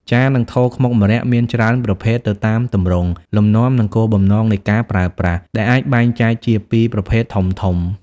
ចាន និងថូខ្មុកម្រ័ក្សណ៍មានច្រើនប្រភេទ ទៅតាមទម្រង់ លំនាំ និងគោលបំណងនៃការប្រើប្រាស់ ដែលអាចបែងចែកជាពីរប្រភេទធំៗ។